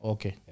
Okay